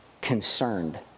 concerned